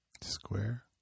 Square